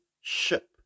ship